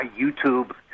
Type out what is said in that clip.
YouTube